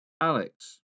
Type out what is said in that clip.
Alex